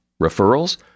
Referrals